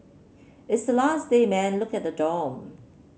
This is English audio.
it's the last day man look at the dorm